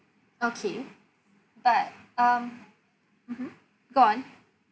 okay but um mmhmm go on